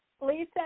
Lisa